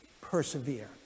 persevere